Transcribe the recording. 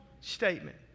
statement